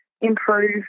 improve